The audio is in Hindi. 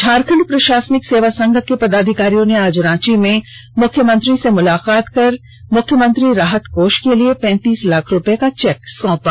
झारखण्ड प्रषासनिक सेवा संघ के पदाधिकारियों ने आज रांची में मुख्यमंत्री हेमंत सोरेन से मुलाकात कर मुख्यमंत्री राहत कोष के लिए पैंतीस लाख रूपये का चेक सौंपा